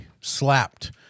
slapped